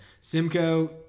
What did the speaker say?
simcoe